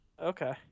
Okay